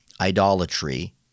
idolatry